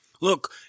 Look-